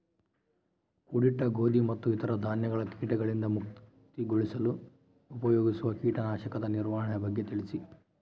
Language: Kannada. ಕೂಡಿಟ್ಟ ಗೋಧಿ ಮತ್ತು ಇತರ ಧಾನ್ಯಗಳ ಕೇಟಗಳಿಂದ ಮುಕ್ತಿಗೊಳಿಸಲು ಉಪಯೋಗಿಸುವ ಕೇಟನಾಶಕದ ನಿರ್ವಹಣೆಯ ಬಗ್ಗೆ ತಿಳಿಸಿ?